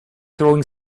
throwing